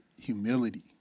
humility